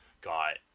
got